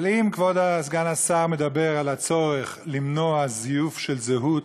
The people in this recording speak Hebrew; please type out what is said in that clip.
אבל אם כבוד סגן השר מדבר על הצורך למנוע זיוף של זהות,